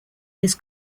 his